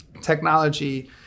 technology